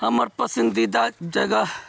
हमर पसन्दीदा जगह